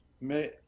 Mais